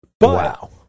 Wow